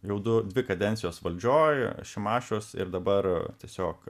jau du kadencijos valdžioj šimašiaus ir dabar tiesiog